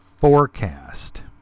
Forecast